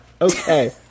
Okay